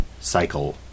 cycle